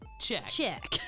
Check